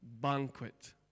banquet